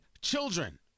children